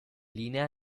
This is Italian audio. linea